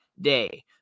day